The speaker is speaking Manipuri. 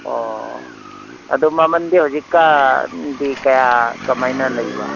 ꯑꯣ ꯑꯗꯣ ꯃꯃꯟꯗꯤ ꯍꯧꯖꯤꯛꯀꯥꯟꯗꯤ ꯀꯌꯥ ꯀꯃꯥꯏꯅ ꯂꯩꯕ